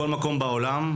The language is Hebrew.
בכל מקום בעולם,